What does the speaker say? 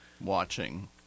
Watching